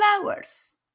flowers